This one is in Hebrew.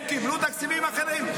הם קיבלו תקציבים אחרים.